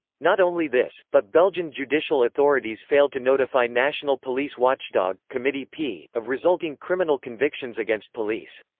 not only this, but belgian judicial authorities failed to notify national police watchdog, committee p, of resulting criminal convictions against police.